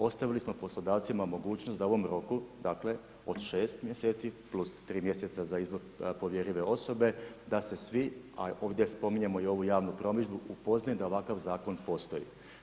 Ostavili smo poslodavcima mogućnost da u ovom roku od 6 mjeseci + 3 mjeseca za izbor povjerljive osobe da se svi, a ovdje spominjemo i ovu javnu promidžbu, upoznaju da ovakav zakon postoji.